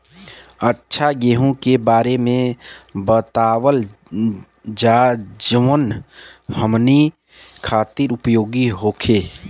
अच्छा गेहूँ के बारे में बतावल जाजवन हमनी ख़ातिर उपयोगी होखे?